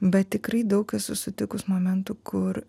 bet tikrai daug esu sutikus momentų kur